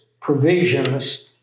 provisions